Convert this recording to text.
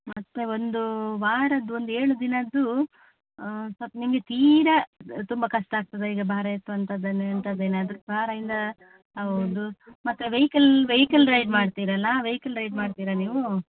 ಮತ್ತೆ ಒಂದು ವಾರದ ಒಂದು ಏಳು ದಿನದ್ದೂ ಸ್ವಲ್ಪ ನಿಮಗೆ ತೀರ ತುಂಬ ಕಷ್ಟ ಆಗ್ತದೆ ಈಗ ಭಾರ ಎತ್ತು ಅಂಥದ್ದನ್ನೇ ಇಂಥದ್ದೇನೆ ಅದ್ರ ಭಾರದಿಂದ ಹೌದು ಮತ್ತೆ ವೈಹಿಕಲ್ ವೈಹಿಕಲ್ ರೈಡ್ ಮಾಡ್ತೀರಲ್ಲ ವೈಹಿಕಲ್ ರೈಡ್ ಮಾಡ್ತೀರಾ ನೀವೂ